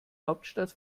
hauptstadt